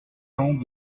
temps